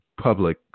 public